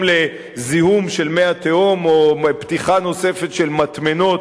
לזיהום של מי התהום או לפתיחה נוספת של מטמנות,